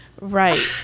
Right